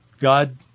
God